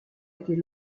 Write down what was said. était